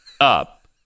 up